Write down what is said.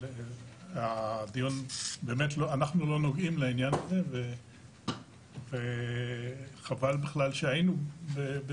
אנחנו לא נוגעים לעניין הזה וחבל בכלל שהיינו פה.